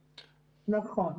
אפודים וכולי, כבר לא קורה.